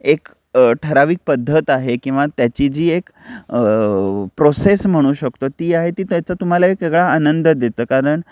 एक ठराविक पद्धत आहे किंवा त्याची जी एक प्रोसेस म्हणू शकतो ती आहे ती त्याचा तुम्हाला एक वेगळा आनंद देतं कारण